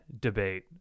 debate